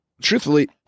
truthfully